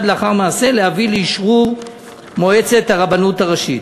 לאחר מעשה להביאו לאשרור מועצת הרבנות הראשית."